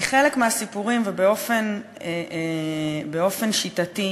מחלק מהסיפורים, ובאופן שיטתי,